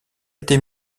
été